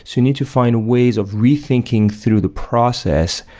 so need to find ways of rethinking through the process,